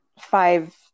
five